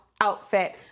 outfit